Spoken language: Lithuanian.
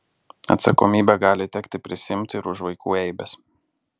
atsakomybę gali tekti prisiimti ir už vaikų eibes